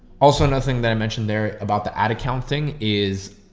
also nothing that i mentioned there about the ad accounting is,